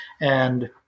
And-